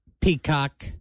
peacock